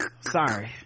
sorry